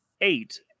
eight